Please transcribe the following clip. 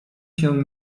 się